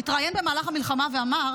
התראיין במהלך המלחמה ואמר